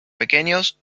pequeños